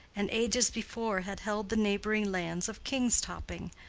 and ages before had held the neighboring lands of king's topping,